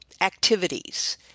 activities